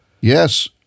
yes